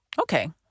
Okay